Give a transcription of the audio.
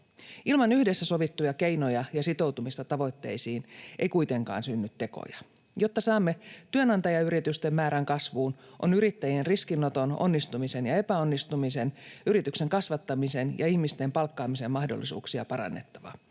Ilman yhdessä sovittuja keinoja ja sitoutumista tavoitteisiin ei kuitenkaan synny tekoja. Jotta saamme työnantajayritysten määrän kasvuun, on yrittäjien riskinoton, onnistumisen ja epäonnistumisen, yrityksen kasvattamisen ja ihmisten palkkaamisen mahdollisuuksia parannettava.